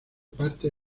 parte